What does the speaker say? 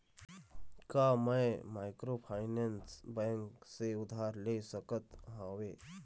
का मैं microfinance bank से उधार ले सकत हावे?